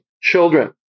Children